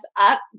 up